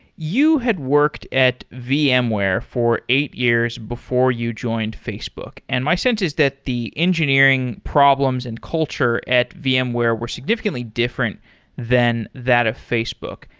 you had worked at vmware for eight years before you joined facebook, and my sense is that the engineering problems and culture at vmware were significantly different than that of facebook.